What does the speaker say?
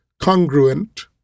congruent